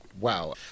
wow